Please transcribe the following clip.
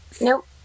Nope